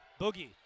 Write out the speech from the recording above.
Boogie